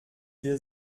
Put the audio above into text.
wir